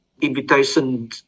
invitation